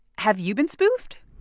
have you been spoofed?